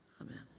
amen